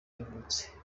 yavutse